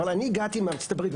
אבל אני הגעתי מארצות הברית,